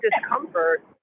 discomfort